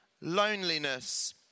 loneliness